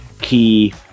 key